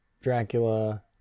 Dracula